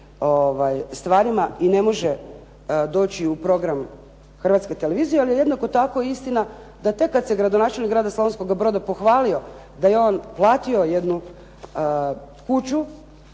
stvarima i ne može doći u program Hrvatske televizije, ali je jednako tako istina da tek kad se gradonačelnik Grada Slavonskoga broda pohvalio da je on platio jednu kuću